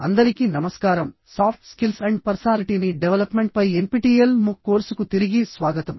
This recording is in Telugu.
అందరికీ నమస్కారంసాఫ్ట్ స్కిల్స్ అండ్ పర్సనాలిటీని డెవలప్మెంట్ పై ఎన్పిటిఇఎల్ మూక్ కోర్సుకు తిరిగి స్వాగతం